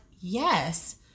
yes